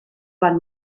van